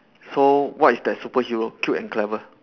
so what is that superhero cute and clever